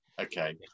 Okay